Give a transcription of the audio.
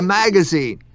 magazine